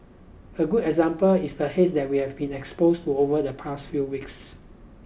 a good example is the haze that we have been exposed to over the past few weeks